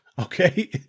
Okay